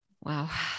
Wow